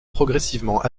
progressivement